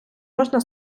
можна